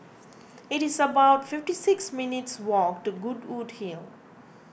it is about fifty six minutes' walk to Goodwood Hill